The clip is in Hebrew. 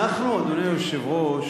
אנחנו, אדוני היושב-ראש,